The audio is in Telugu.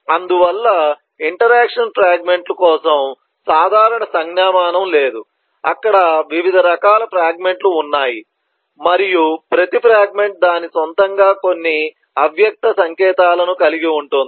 అందువల్ల ఇంటరాక్షన్ ఫ్రాగ్మెంట్ లు కోసం సాధారణ సంజ్ఞామానం లేదు అక్కడ వివిధ రకాల ఫ్రాగ్మెంట్ లు ఉన్నాయి మరియు ప్రతి ఫ్రాగ్మెంట్ దాని సొంతంగా కొన్ని అవ్యక్త సంకేతాలను కలిగి ఉంటుంది